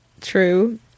true